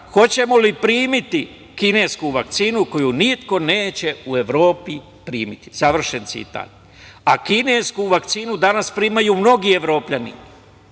„Hoćemo li primiti kinesku vakcinu koju niko neće u Evropi primiti“? Završen citat. Kinesku vakcinu danas primaju mnogi Evropljani. Da